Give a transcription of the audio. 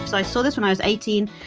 so i saw this when i was eighteen.